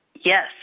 Yes